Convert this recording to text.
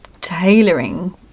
tailoring